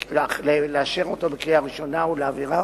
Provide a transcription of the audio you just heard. לאשר אותו בקריאה ראשונה ולהעבירו